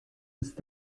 ist